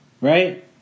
right